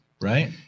right